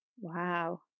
Wow